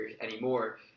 anymore